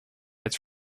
its